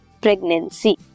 pregnancy